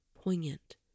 poignant